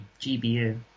GBU